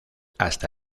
hasta